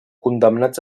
condemnats